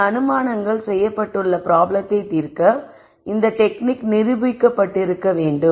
இந்த அனுமானங்கள் செய்யப்பட்டுள்ள ப்ராப்ளத்தை தீர்க்க இந்த டெக்னிக் நிரூபிக்கப்பட்டிருக்க வேண்டும்